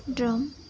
drum